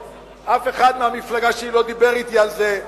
אף אחד מהמפלגה שלי לא דיבר אתי על זה.